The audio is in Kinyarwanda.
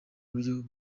buryo